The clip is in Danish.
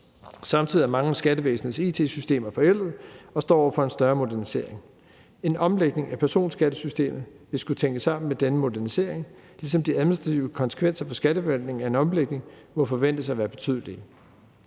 Samtidig er mange af skattevæsenets it-systemer forældede og står over for en større modernisering. En omlægning af personskattesystemet vil skulle tænkes sammen med denne modernisering, ligesom de administrative konsekvenser for Skatteforvaltningen af en omlægning må forventes at være betydelige.